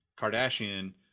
Kardashian